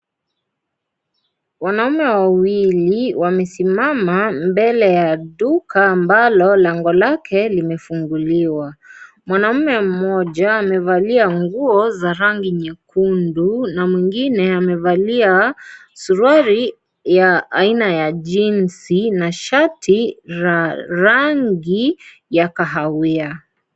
Wanaume wawili wamesimama mbele ya duka ambalo lango lake limefunguliwa. Mwanamume mmoja amevalia nguo za rangi nyekundu, na mwingine amevalia suruali ya aina ya jeansi na shati la rangi ya kahawia.